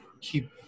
keep